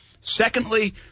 Secondly